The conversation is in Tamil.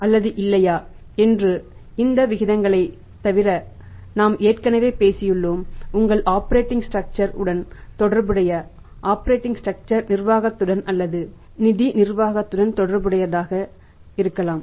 அல்லது இல்லையா மற்றும் இந்த விகிதங்களைத் தவிர நாம் ஏற்கனவே பேசியுள்ளோம் உங்கள் ஆப்பரேட்டிங் ஸ்ட்ரக்சர் நிர்வாகத்துடன் அல்லது நிதி நிர்வாகத்துடன் தொடர்புடையதாக இருக்கலாம்